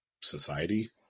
society